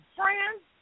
friends